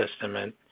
Testament